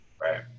Right